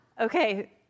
Okay